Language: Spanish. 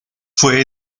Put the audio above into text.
fue